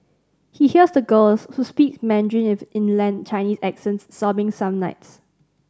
he hears the girls who speak Mandarin with inland Chinese accents sobbing some nights